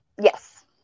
Yes